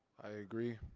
i agree.